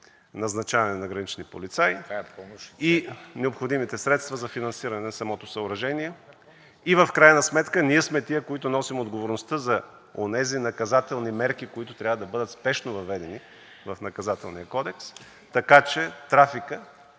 назначаване на гранични полицаи, и необходимите средства за финансиране на самото съоръжение, и в крайна сметка ние сме тези, които носим отговорността за онези наказателни мерки, които трябва да бъдат спешно въведени в Наказателния кодекс, така че трафикът